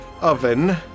oven